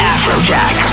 Afrojack